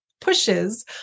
pushes